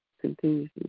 continuously